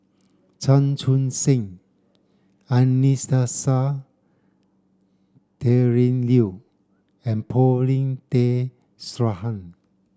Chan Chun Sing Anastasia Tjendri Liew and Paulin Tay Straughan